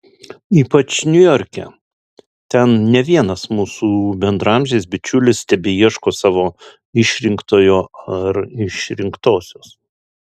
ypač niujorke ten ne vienas mūsų bendraamžis bičiulis tebeieško savo išrinktojo ar išrinktosios